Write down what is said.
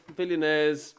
billionaires